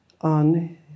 on